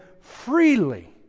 freely